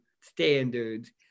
standards